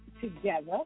together